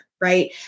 right